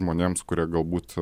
žmonėms kurie galbūt